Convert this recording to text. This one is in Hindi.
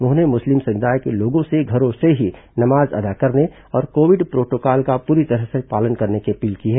उन्होंने मुस्लिम समुदाय के लोगों से घरों से ही नमाज अदा करने और कोविड प्रोटोकॉल का पूरी तरह से पालन करने की अपील की है